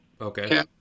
Okay